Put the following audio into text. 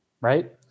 right